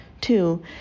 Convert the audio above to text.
Two